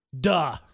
Duh